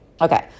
Okay